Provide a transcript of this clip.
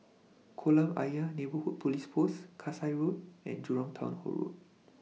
Kolam Ayer Neighbourhood Police Post Kasai Road and Jurong Town Hall Road